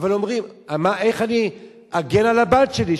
אבל הם אומרים: איך אני אגן על הבת שלי,